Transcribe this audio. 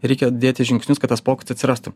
reikia dėti žingsnius kad tas pokytis atsirastų